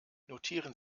notieren